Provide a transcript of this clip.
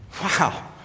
Wow